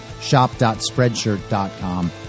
shop.spreadshirt.com